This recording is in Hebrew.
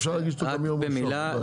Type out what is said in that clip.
אפשר להגיש אותו גם ביום ראשון.